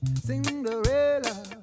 Cinderella